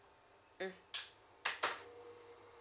mm